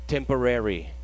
Temporary